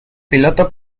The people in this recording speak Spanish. piloto